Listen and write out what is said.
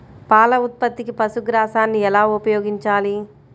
పాల ఉత్పత్తికి పశుగ్రాసాన్ని ఎలా ఉపయోగించాలి?